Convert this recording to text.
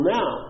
now